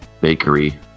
bakery